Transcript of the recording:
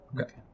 Okay